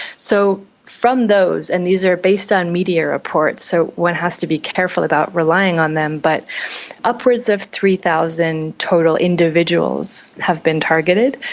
so from those, and these are based on media reports, so one has to be careful about relying on them, but upwards of three thousand total individuals have been targeted,